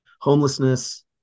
homelessness